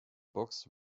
books